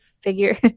figure